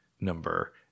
number